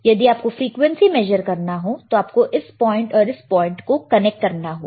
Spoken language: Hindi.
यदि आपको फ्रीक्वेंसी मेजर करना है तो आपको इस पॉइंट और इस पॉइंट को कनेक्ट करना होगा